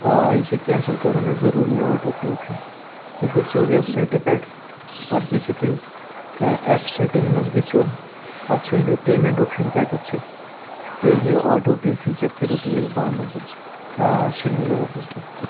آ یہِ چھُ کٮ۪نسل کَرُن مےٚ ضٔروٗری یہِ آٹو پے اوپشَن تُہۍ گٔژھِو وٮ۪بسایٹہِ پٮ۪ٹھ پَتہٕ گٔژھِو تُہۍ ایپ سٮ۪ٹِنٛگ منٛز گٔژھِو پَتہٕ ژھٲنٛڈِو پیمٮ۪نٛٹ اوپشَن کَتٮ۪تھ چھِ تہٕ یہِ آٹو پے فیٖچَر کٔرِو تُہۍ حظ بَنٛد حظ اَسہِ آ اَسہِ چھُنہٕ یہِ ضوٚرَتھ حظ کیٚنٛہہ